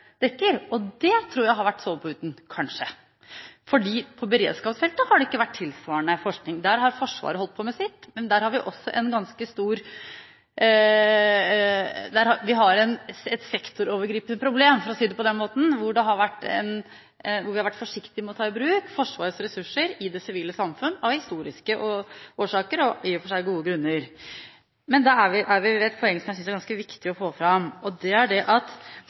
dekker, og det tror jeg kanskje har vært soveputa. På beredskapsfeltet har det ikke vært tilsvarende forskning. Der har Forsvaret holdt på med sitt. Vi har et sektorovergripende problem der, for å si det på den måten, hvor vi har vært forsiktige med å ta i bruk Forsvarets ressurser i det sivile samfunn av historiske årsaker og i og for seg gode grunner. Da er vi ved et poeng som jeg synes er ganske viktig å få fram, og det er at Norge er veldig sektorisert og følger sektorprinsippet på alle områder gjennom departementene. Det